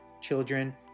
children